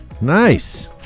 Nice